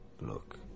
Look